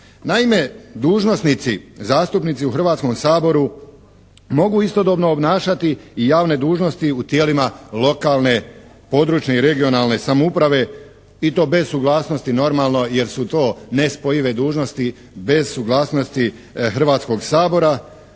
Naime, dužnosnici, zastupnici u Hrvatskom saboru mogu istodobno obnašati i javne dužnosti u tijelima lokalne, područne i regionalne samouprave i to bez suglasnosti normalno, jer su to nespojive dužnosti, bez suglasnosti Hrvatskog sabora